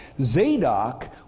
Zadok